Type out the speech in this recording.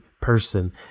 person